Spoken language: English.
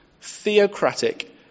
theocratic